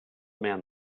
man